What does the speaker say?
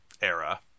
era